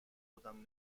خودم